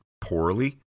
poorly